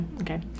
okay